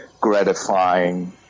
gratifying